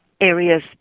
areas